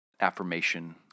affirmation